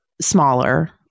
smaller